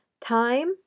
time